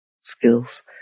skills